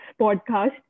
podcast